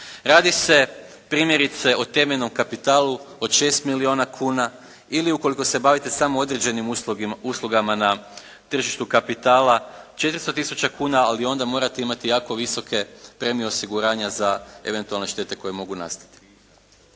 Radi se primjerice o temeljnom kapitalu od 6 milijuna kuna ili ukoliko se bavite samo određenim uslugama na tržištu kapitala 400 tisuća kuna, ali onda morate imati jako visoke premije osiguranja za eventualne štete koje mogu nastati.